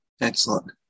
Excellent